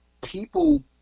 people